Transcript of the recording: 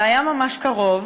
זה היה ממש קרוב,